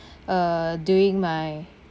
uh during my